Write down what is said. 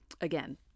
again